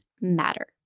matter